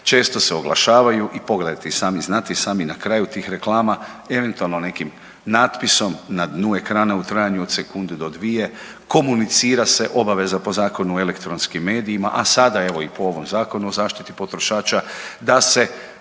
često se oglašavaju i pogledajte i sami, znate i sami na kraju tih reklama eventualno nekim natpisom na dnu ekrana u trajanju od sekundu do dvije komunicira se obaveza po Zakonu o elektronskim medijima, a sada evo i po ovom Zakonu o zaštiti potrošača da se